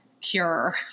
cure